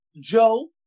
Joe